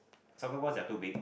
soccer ball that are too big